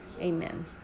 Amen